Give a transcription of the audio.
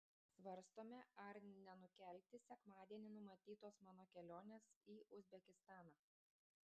svarstome ar nenukelti sekmadienį numatytos mano kelionės į uzbekistaną